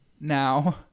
now